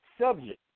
subject